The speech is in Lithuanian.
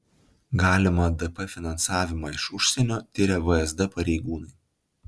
galimą dp finansavimą iš užsienio tiria vsd pareigūnai